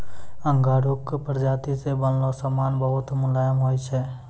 आंगोराक प्राजाती से बनलो समान बहुत मुलायम होय छै